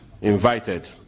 invited